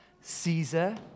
Caesar